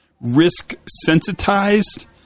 risk-sensitized